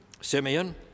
Simeon